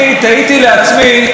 ראש הממשלה לא דיבר,